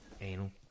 Anal